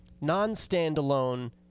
non-standalone